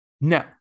No